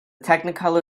technicolor